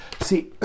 See